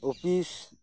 office